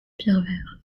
pierrevert